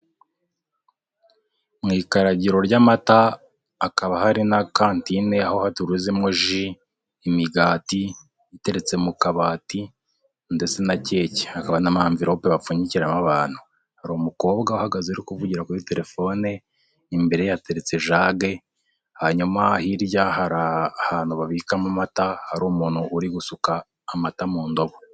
Mu ikaragiro ry'amata, hakaba hari na kantine aho turuzimo ji, imigati iteretse mu kabati, ndetse na keke, hakaba n'amamverope bapfunyikiramo abantu, hari umukobwa uhagaze uri kuvugira kuri telefone, imbere ye hateretse ijage, hanyuma hirya hari ahantu babikamo amata, hari umuntu uri gusuka amata mu ndobo.